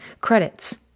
credits